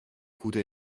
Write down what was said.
gute